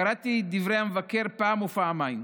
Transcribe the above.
קראתי את דברי המבקר פעם ופעמיים,